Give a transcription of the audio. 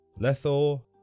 lethor